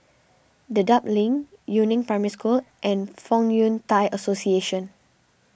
Dedap Link Yu Neng Primary School and Fong Yun Thai Association